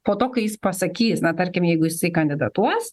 po to kai jis pasakys na tarkim jeigu jisai kandidatuos